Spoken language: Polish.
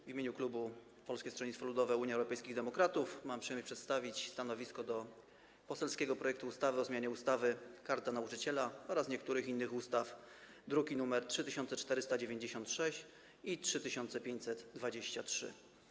W imieniu klubu Polskiego Stronnictwa Ludowego - Unii Europejskich Demokratów mam przyjemność przedstawić stanowisko wobec poselskiego projektu ustawy o zmianie ustawy Karta Nauczyciela oraz niektórych innych ustaw, druki nr 3496 i 3523.